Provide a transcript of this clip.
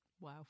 Wow